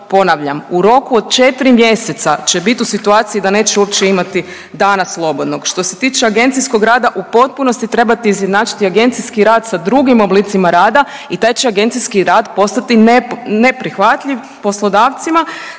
ponavljam u roku od 4 mjeseca će biti u situaciji da neće uopće imati dana slobodnog. Što e tiče agencijskog rada u potpunosti trebate izjednačiti agencijski rad sa drugim oblicima rada i taj će agencijski rad postati neprihvatljiv poslodavcima.